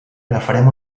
agafarem